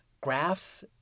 graphs